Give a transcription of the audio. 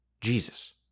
Jesus